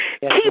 Keep